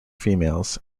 females